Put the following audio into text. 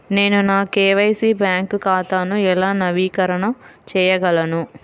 నేను నా KYC bank ఖాతాను ఎలా నవీకరణ చేయగలను?